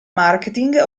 marketing